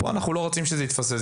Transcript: כאן אנחנו לא רוצים שזה יתפספס.